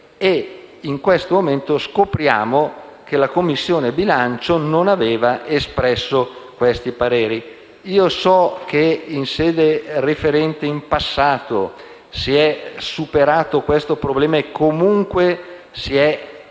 in questo momento scopriamo che la Commissione bilancio non aveva espresso questi pareri. Io so che in passato in sede referente si è superato questo problema e comunque si è andati